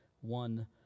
one